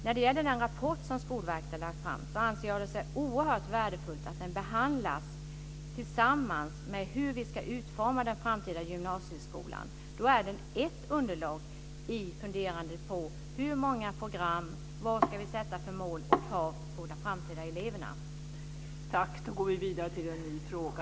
När det gäller den rapport som Skolverket har lagt fram anser jag det oerhört värdefullt att den behandlas tillsammans med frågan om hur vi ska utforma den framtida gymnasieskolan. Den är ett underlag när vi funderar på hur många program det ska vara och vad vi ska sätta för mål för och krav på de framtida eleverna.